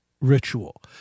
ritual